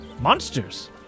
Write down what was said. monsters